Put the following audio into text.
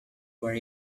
where